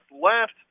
left